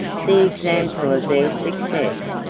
the example of their success,